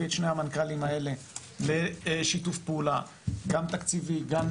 את שני המנכ"לים האלה לשיתוף פעולה גם תקציבי וגם